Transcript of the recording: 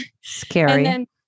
Scary